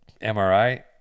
MRI